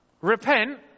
repent